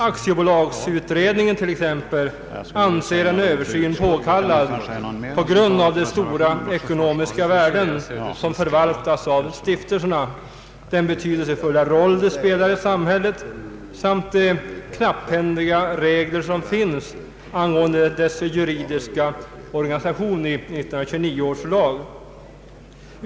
Aktiebolagsutredningen anser en översyn påkallad på grund av de ”stora ekonomiska värden som förvaltas av stiftelserna och den betydelsefulla roll de spelar i samhället” samt ”de knapphändiga reglerna i 1929 års lag rörande stiftelsernas juridiska organisation”.